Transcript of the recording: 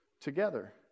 together